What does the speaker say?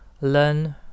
learn